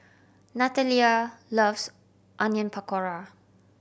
Nathalia loves Onion Pakora